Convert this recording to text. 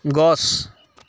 গছ